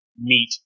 meat